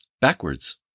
backwards